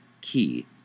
key